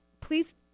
please